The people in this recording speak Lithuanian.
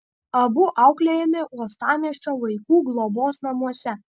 abu auklėjami uostamiesčio vaikų globos namuose